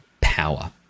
power